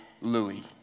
Louis